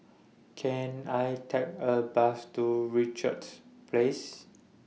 Can I Take A Bus to Richards Place